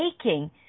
aching